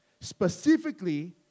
Specifically